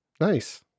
Nice